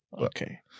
okay